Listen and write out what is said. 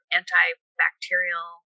antibacterial